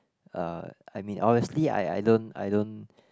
uh I mean honestly I I don't I don't